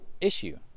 issue